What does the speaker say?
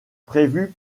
prévu